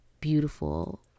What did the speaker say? beautiful